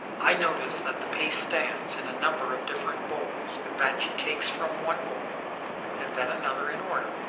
i notice that the paste stands in a number of different bowls and that she takes from, one bowl and then another in order,